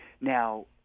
Now